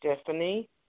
Stephanie